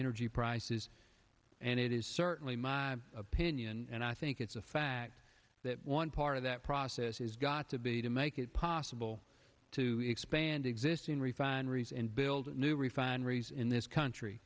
energy prices and it is certainly my opinion and i think it's a fact that one part of that process has got to be to make it possible to expand existing refineries and build new refineries in this country